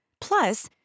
Plus